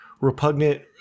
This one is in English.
repugnant